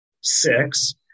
six